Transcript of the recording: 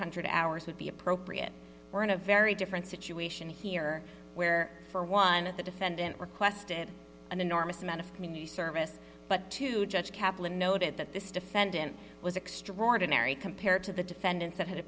hundred hours would be appropriate we're in a very different situation here where for one of the defendant requested an enormous amount of community service but to judge kaplan noted that this defendant was extraordinary compared to the defendants that had a